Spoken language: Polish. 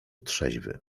trzeźwy